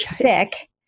thick